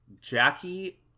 Jackie